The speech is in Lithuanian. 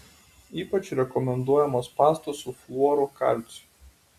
ypač rekomenduojamos pastos su fluoru kalciu